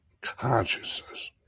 consciousness